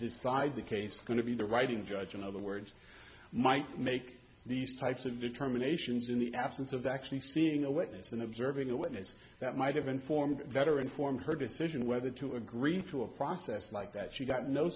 decide the case going to be the writing judge in other words might make these types of determinations in the absence of actually seeing a witness and observing a witness that might have informed better informed her decision whether to agree to a process like that she got no